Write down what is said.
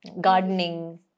gardening